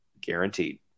guaranteed